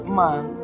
man